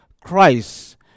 Christ